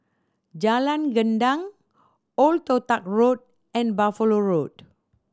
Jalan Gendang Old Toh Tuck Road and Buffalo Road